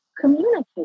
communicate